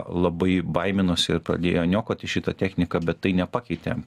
labai baiminosi ir pradėjo niokoti šitą techniką bet tai nepakeitė